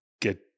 get